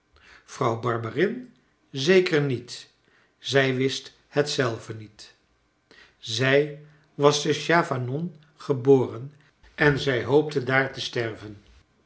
vrouw barberin zeker niet zij wist het zelve niet zij was te chavanon geboren en zij hoopte daar te sterven